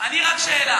אני רק שאלה.